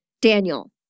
Daniel